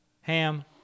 Ham